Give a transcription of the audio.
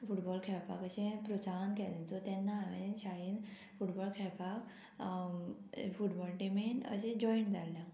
football खेळपाक अशें प्रोत्साहन केलें सो तेन्ना हांवें शाळेन फुटबॉल खेळपाक फुटबॉल टिमीन अशें जॉयंट जाल्लें